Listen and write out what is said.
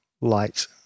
light